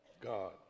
God